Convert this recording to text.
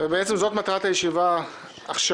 ובעצם זאת מטרת הישיבה עכשיו.